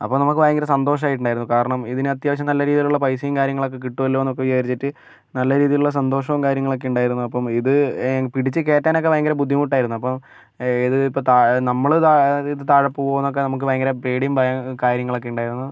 അപ്പോൾ നമുക്ക് ഭയങ്കര സന്തോഷമായിട്ടുണ്ടായിരുന്നു കാരണം ഇതിനത്യാവശ്യം നല്ല രീതിയിലുള്ള പൈസയും കാര്യങ്ങളൊക്കെ കിട്ടുമല്ലോയെന്നൊക്കെ വിചാരിച്ചിട്ട് നല്ല രീതിയിലുള്ള സന്തോഷവും കാര്യങ്ങളൊക്കെ ഉണ്ടായിരുന്നു അപ്പം ഇത് പിടിച്ച് കയറ്റാനൊക്കെ ഭയങ്കര ബുദ്ധിമുട്ടായിരുന്നു അപ്പം ഇത് ഇപ്പം താ നമ്മൾ താ അതായത് താഴെ പോകുമോയെന്നൊക്കെ നമുക്ക് ഭയങ്കര പേടിയും ഭാ കാര്യങ്ങളൊക്കെ ഉണ്ടായിരുന്നു